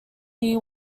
fee